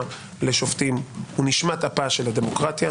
לשופטים הוא נשמת אפה של הדמוקרטיה.